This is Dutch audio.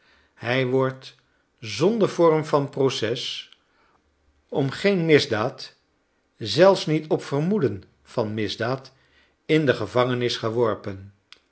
hij wordt zonder vorm van proces om geen misdaad zelfs niet op vermoeden van misdaad in de gevangenis geworpen